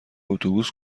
اتوبوس